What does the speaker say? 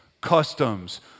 customs